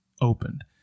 opened